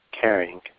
caring